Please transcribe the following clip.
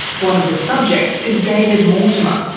one of the subjects is david mortimer,